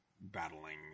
battling